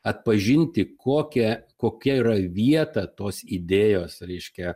atpažinti kokia kokia yra vieta tos idėjos reiškia